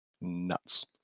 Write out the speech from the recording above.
Nuts